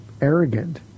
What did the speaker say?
arrogant